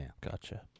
Gotcha